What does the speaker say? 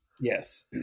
Yes